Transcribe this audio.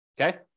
okay